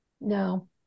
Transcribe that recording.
no